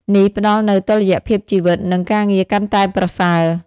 នេះផ្តល់នូវតុល្យភាពជីវិត និងការងារកាន់តែប្រសើរ។